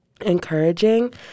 encouraging